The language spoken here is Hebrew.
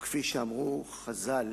וכפי שאמרו חז"ל: